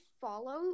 follow